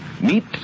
meet